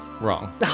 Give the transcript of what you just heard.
Wrong